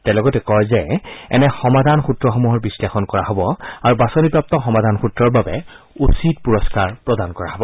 তেওঁ লগতে কয় যে এনে সমাধন সুত্ৰসমূহৰ বিশ্লেষণ কৰা হ'ব আৰু বাচনিপ্ৰাপ্ত সমাধানসুত্ৰৰ বাবে উচিত পুৰস্কাৰ প্ৰদান কৰা হ'ব